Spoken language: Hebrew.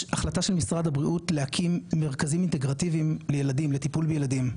יש החלטה של משרד הבריאות להקים מרכזים אינטגרטיביים לטיפול בילדים.